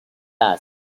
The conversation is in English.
last